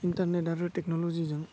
internet आरो टेकन'ल'जिजों